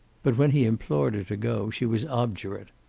but when he implored her to go, she was obdurate.